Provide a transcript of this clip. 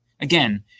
again